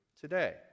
today